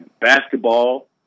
basketball